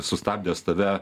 sustabdęs tave